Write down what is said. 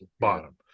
Bottom